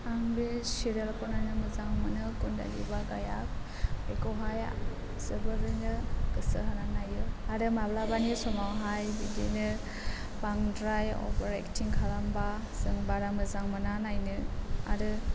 आं बे सिरियेलखौ नायनो मोजां मोनो कुन्द'लि भाग्य' बेखौहाय जोबोरैनो गोसो होनानै नायो आरो माब्लाबानि समावहाय बिदिनो बांद्राय अभार एक्टिं खालामब्ला जों बारा मोजां मोना नायनो आरो